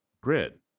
grid